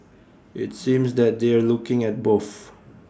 IT seems that they're looking at both